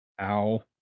Ow